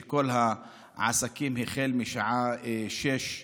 של כל העסקים החל מהשעה 18:00,